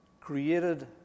created